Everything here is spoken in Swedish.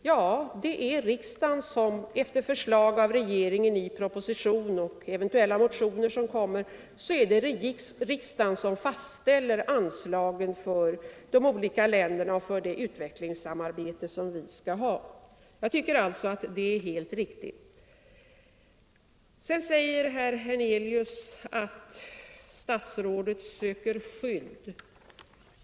Ja, det är riksdagen som, efter förslag av regeringen i proposition och efter eventuella motioner, fastställer anslagen för de olika länderna och för det utvecklingssamarbete som vi skall ha. Jag tycker alltså att detta är helt riktigt. Herr Hernelius påstår att statsrådet söker skydd.